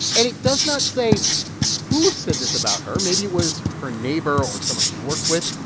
and it does not say who said this about her. maybe it was her neighbor or someone she worked with.